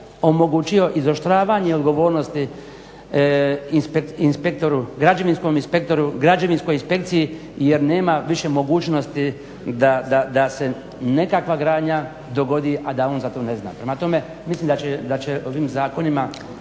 omogućio izoštravanje odgovornosti građevinskom inspektoru, građevinskoj inspekciji jer nema više mogućnosti da se nekakva gradnja dogodi, a da on za to ne zna. Prema tome, mislim da će ovim zakonima